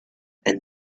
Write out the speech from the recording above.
and